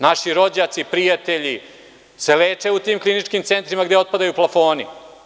Naši rođaci, prijatelji se leče u tim kliničkim centrima gde otpadaju plafoni.